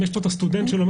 אם יש פה את הסטודנט שלומד,